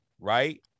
Right